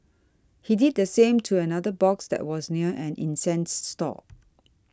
he did the same to another box that was near an incense stall